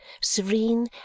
serene